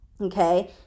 okay